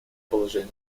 положение